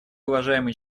уважаемый